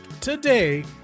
today